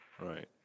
right